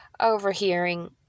overhearing